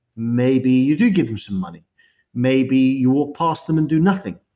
maybe you do give them some money maybe you walk past them and do nothing.